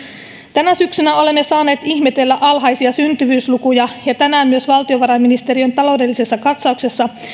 tänä syksynä olemme saaneet ihmetellä alhaisia syntyvyyslukuja ja tänään myös valtiovarainministeriön taloudellisessa katsauksessa